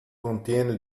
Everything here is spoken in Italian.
contiene